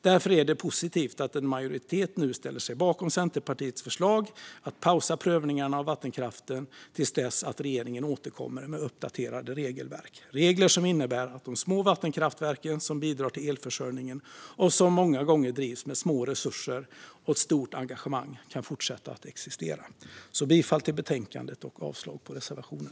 Därför är det positivt att en majoritet ställer sig bakom Centerpartiets förslag att pausa prövningarna av vattenkraften till dess att regeringen återkommer med uppdaterade regelverk. Det ska vara regler som innebär att de små vattenkraftverken som bidrar till elförsörjningen, och som många gånger drivs med små resurser och stort engagemang, kan fortsätta att existera. Jag yrkar bifall till förslaget i betänkandet och avslag på reservationen.